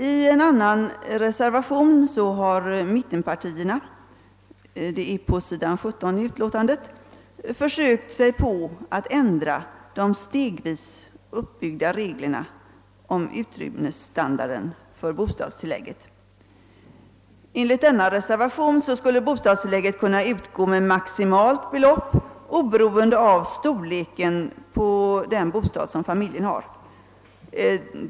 och är betecknad nr 2 — har mittenpartiernas företrädare försökt sig på att ändra de stegvis uppbyggda reglerna rörande kraven på viss utrymmesstandard när det gäller bostadstillägg. Enligt reservationen skulle bostadstillägget kunna utgå med maximalt belopp oberoende av storleken på den bostad familjen har.